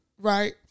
right